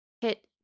hit